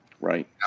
Right